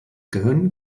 gehirn